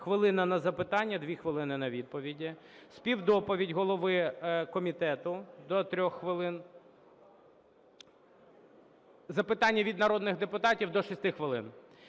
(хвилина – на запитання, 2 хвилини – на відповіді); співдоповідь голови комітету – до 3 хвилин; запитання від народних депутатів – до 6 хвилин.